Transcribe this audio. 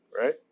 right